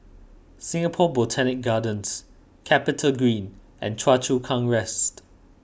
Singapore Botanic Gardens CapitaGreen and Choa Chu Kang West